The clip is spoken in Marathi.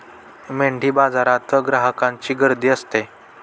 मेंढीबाजारात ग्राहकांची गर्दी असते